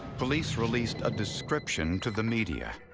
police released a description to the media.